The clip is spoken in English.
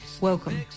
welcome